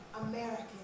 American